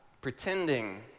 pretending